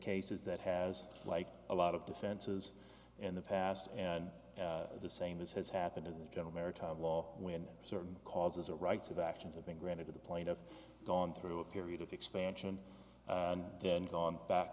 cases that has like a lot of defenses in the past and the same is has happened in the general maritime law when certain causes or rights of action have been granted to the plaintiff gone through a period of expansion and then gone back